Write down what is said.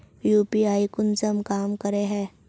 UPI कुंसम काम करे है?